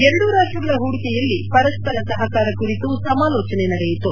ಎರಡೂ ರಾಷ್ಟಗಳ ಹೂಡಿಕೆಯಲ್ಲಿ ಪರಸ್ಪರ ಸಹಕಾರ ಕುರಿತು ಸಮಾಲೋಚನೆ ನಡೆಯಿತು